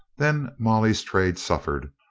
then molly's trade suffered,